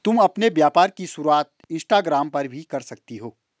तुम अपने व्यापार की शुरुआत इंस्टाग्राम पर भी कर सकती हो